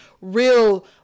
real